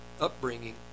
upbringing